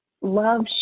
love